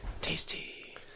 Tasty